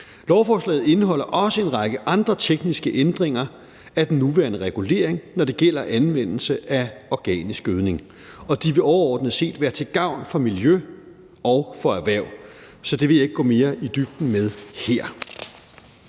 Lovforslaget indeholder også en række andre tekniske ændringer af den nuværende regulering, når det gælder anvendelse af organisk gødning, og de vil overordnet set være til gavn for miljø og for erhverv, så det vil jeg ikke gå mere i dybden med her.